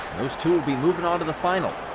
those two will be moving on to the final.